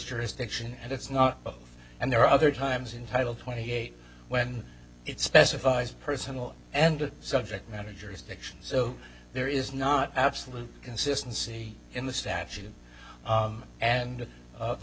jurisdiction and it's not and there are other times in title twenty eight when it specifies personal and subject matter jurisdiction so there is not absolute consistency in the statute and